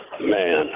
Man